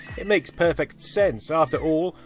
it makes perfect sense, after all,